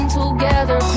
together